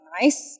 nice